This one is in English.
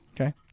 Okay